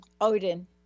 Odin